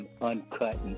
uncut